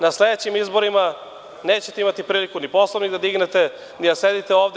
Na sledećim izborima nećete imati priliku ni Poslovnik da dignete, ni da sedite ovde.